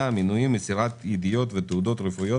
(מינויים)(מסירת ידיעות ותעודות רפואיות